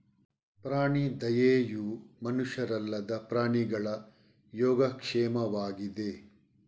ಪ್ರಾಣಿ ದಯೆಯು ಮನುಷ್ಯರಲ್ಲದ ಪ್ರಾಣಿಗಳ ಯೋಗಕ್ಷೇಮವಾಗಿದೆ